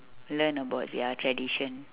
learn about their tradition